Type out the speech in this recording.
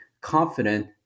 confident